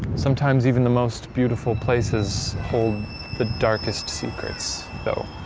sometimes even the most beautiful places hold the darkest secrets though.